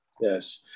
Yes